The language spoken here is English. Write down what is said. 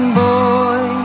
boy